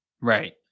Right